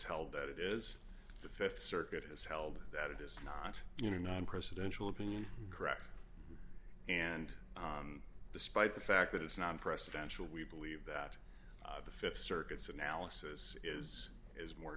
held that it is the th circuit is held that it is not you know non presidential opinion correct and despite the fact that it's not precedential we believe that the th circuit's analysis is is more